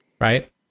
right